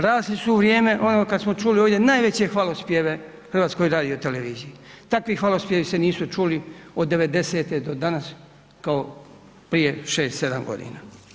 Rasli su u vrijeme ono kad smo čuli ovdje najveće hvalospjeve HRT-u, takvih hvalospjevi se nisu čuli od 90-te do danas kao prije 6, 7 godina.